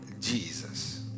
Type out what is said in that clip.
Jesus